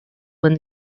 when